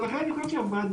ולכן אני חושב שהוועדה,